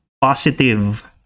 positive